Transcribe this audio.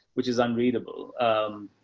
which is unreadable. um,